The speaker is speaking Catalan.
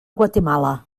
guatemala